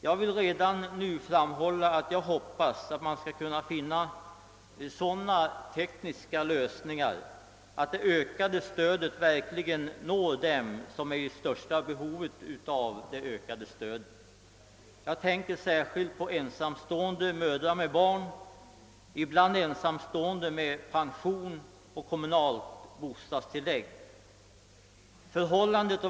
Jag vill redan nu framhålla att jag hoppas att man skall kunna finna sådana tekniska lösningar att det ökade stödet verkligen når dem som är i största behovet därav — jag tänker särskilt på ensamstående föräldrar, ibland med pension och kommunalt bostadstillägg.